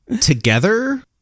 together